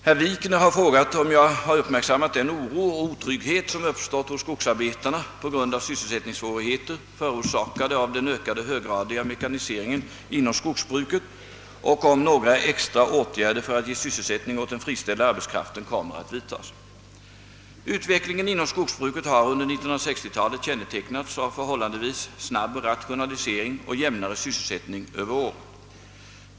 Herr talman! Herr Wikner har frågat, om jag har uppmärksammat den oro och otrygghet som uppstått hos skogsarbetarna på grund av sysselsättningssvårigheter förorsakade av den ökade höggradiga mekaniseringen inom skogsbruket och om några extra åtgärder för att ge sysselsättning åt den friställda arbetskraften kommer att vidtas. Utvecklingen inom skogsbruket har under 1960-talet kännetecknats av förhållandevis snabb rationalisering och jämnare sysselsättning över året.